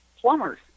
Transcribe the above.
plumbers